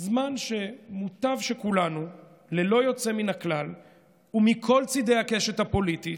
זמן שמוטב שכולנו ללא יוצא מן הכלל ומכל צידי הקשת הפוליטית,